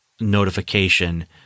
notification